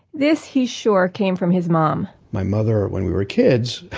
this, he's sure, came from his mom my mother, when we were kids,